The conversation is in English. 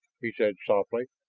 he said softly,